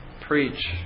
preach